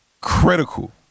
critical